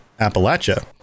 Appalachia